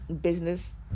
business